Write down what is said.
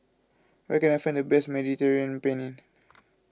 where can I find the best Mediterranean Penne